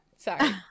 sorry